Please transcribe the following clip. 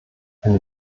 eine